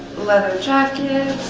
leather jacket.